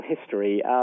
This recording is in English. history